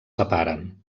separen